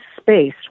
space